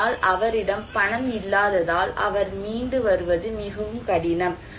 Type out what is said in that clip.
ஆனால் அவரிடம் பணம் இல்லாததால் அவர் மீண்டு வருவது மிகவும் கடினம்